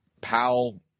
Powell